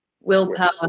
willpower